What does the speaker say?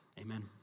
Amen